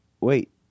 Wait